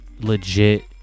Legit